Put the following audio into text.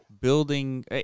...building